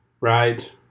right